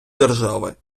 держави